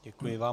Děkuji vám.